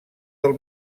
del